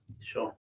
sure